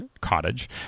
cottage